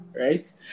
right